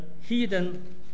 hidden